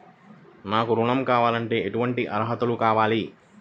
నాకు ఋణం కావాలంటే ఏటువంటి అర్హతలు కావాలి?